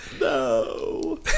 No